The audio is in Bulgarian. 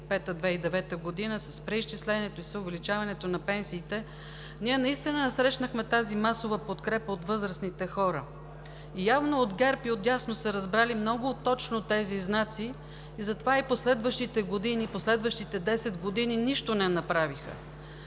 2005 – 2009 г., с преизчислението и с увеличаването на пенсиите ние наистина не срещнахме тази масова подкрепа от възрастните хора. Явно от ГЕРБ и отдясно са разбрали много точно тези знаци, затова и последващите десет години нищо не направиха.